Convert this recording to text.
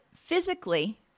physically